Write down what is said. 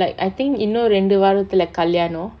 like I think இன்னும் ரெண்டு வாரத்துல கல்யாணம்:innum rendu vaarathula kalyaanam